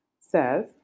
says